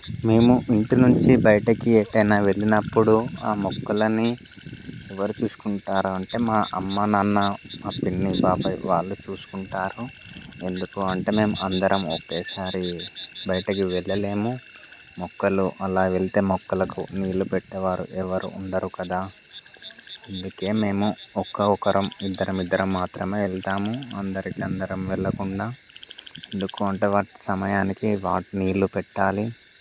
మేము ఇంటి నుంచి బయటకి ఎటైనా వెళ్ళినప్పుడు ఆ మొక్కలని ఎవరు చూసుకుంటారు అంటే మా అమ్మ నాన్న మా పిన్ని బాబాయ్ వాళ్ళు చూసుకుంటారు ఎందుకు అంటే మేము అందరం ఒకేసారి బయటకు వెళ్ళలేము మొక్కలు అలా వెళ్తే మొక్కలకు నీళ్ళు పెట్టేవారు ఎవరు ఉండరు కదా అందుకే మేము ఒక ఒకరం ఇద్దరం ఇద్దరం మాత్రమే వెళ్తాము అందరికీ అందరం వెళ్ళకుండా ఎందుకు అంటే వాటి సమయానికి వాటికి నీళ్ళు పెట్టాలి